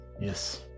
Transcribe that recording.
Yes